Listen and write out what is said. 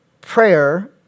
prayer